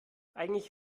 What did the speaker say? eigentlich